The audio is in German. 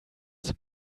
zum